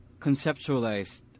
conceptualized